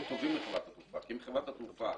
טובים לחברת התעופה כי אם חברת התעופה